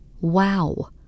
wow